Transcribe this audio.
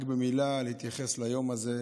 רק במילה להתייחס ליום הזה,